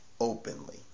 openly